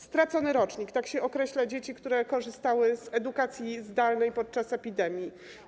Stracony rocznik - tak określa się dzieci, które korzystały z edukacji zdalnej podczas epidemii.